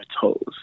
toes